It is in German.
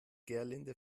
gerlinde